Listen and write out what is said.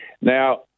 Now